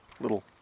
little